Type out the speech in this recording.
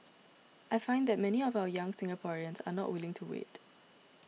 I find that many of our young Singaporeans are not willing to wait